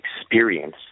experience